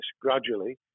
gradually